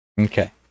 Okay